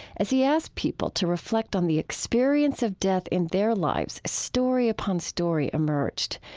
as he asked people to reflect on the experience of death in their lives, story upon story emerged.